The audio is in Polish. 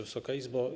Wysoka Izbo!